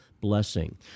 blessing